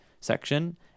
section